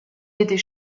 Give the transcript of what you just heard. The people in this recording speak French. étés